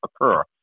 occur